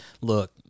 look